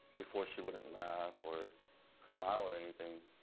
before, she wouldn't laugh or smile or anything,